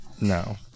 No